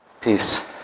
Peace